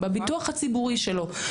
בביטוח הציבורי שלו.